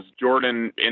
Jordan